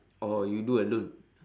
or you do alone